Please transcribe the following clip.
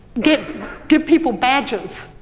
get get people badges,